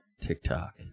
TikTok